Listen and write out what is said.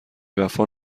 وفا